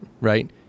right